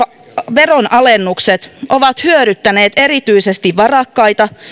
veronalennukset ovat hyödyttäneet erityisesti varakkaita